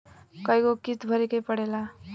कय गो किस्त भरे के पड़ेला?